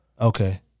Okay